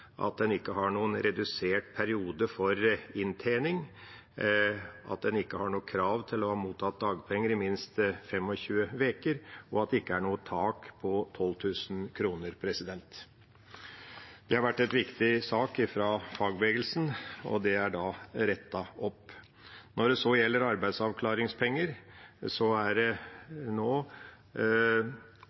at en ikke har noen redusert periode for inntjening, at en ikke har noe krav om å ha mottatt dagpenger i minst 25 uker, og at det ikke er noe tak på 12 000 kr. Det har vært en viktig sak fra fagbevegelsen, og det er da rettet opp. Når det så gjelder arbeidsavklaringspenger, blir det nå